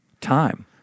time